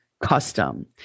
custom